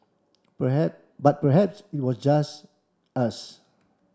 but perhaps was just us